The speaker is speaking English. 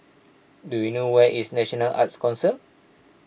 do you know where is National Arts Council